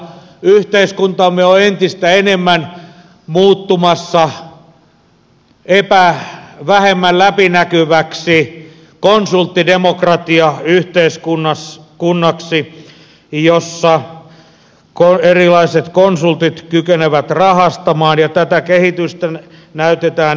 yhteiskuntamme on entistä enemmän muuttumassa vähemmän läpinäkyväksi konsulttidemokratiayhteiskunnaksi jossa erilaiset konsultit kykenevät rahastamaan ja tätä kehitystä näkyy edistettävän